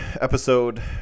episode